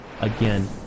again